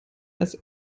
als